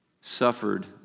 suffered